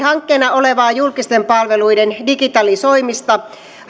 olevaa julkisten palveluiden digitalisoimista